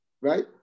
Right